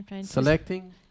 Selecting